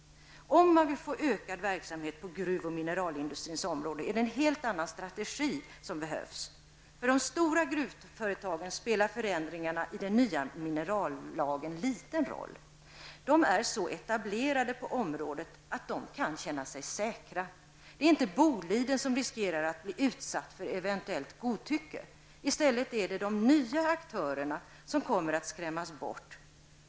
Om man vill få till stånd ökad verksamhet på gruvoch mineralindustrins område är det en helt annan strategi som behövs. För de stora gruvföretagen spelar förändringarna i den nya minerallagen liten roll. De är så etablerade på området att de kan känna sig säkra. Det är inte Boliden som riskerar att bli utsatt för eventuellt godtycke. I stället är det de nya aktörerna som kommer att skrämmas bort.